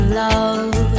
love